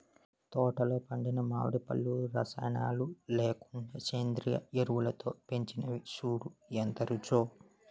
తోటలో పండిన మావిడి పళ్ళు రసాయనాలు లేకుండా సేంద్రియ ఎరువులతో పెంచినవి సూడూ ఎంత రుచో